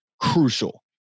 crucial